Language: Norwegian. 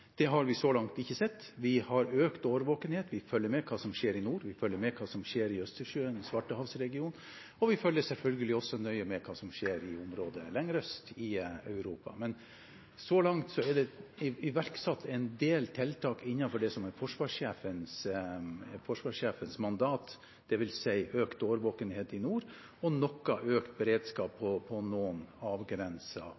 Det har vi så langt ikke sett. Vi har økt årvåkenhet, vi følger med på hva som skjer i nord, vi følger med på hva som skjer i Østersjøen og Svartehavsregionen, og vi følger selvfølgelig også nøye med på hva som skjer i områder lenger øst i Europa. Så langt er det iverksatt en del tiltak innenfor det som er forsvarssjefens mandat, dvs. økt årvåkenhet i nord og noe økt beredskap